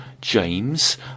James